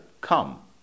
Come